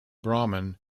brahmin